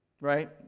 right